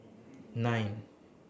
nine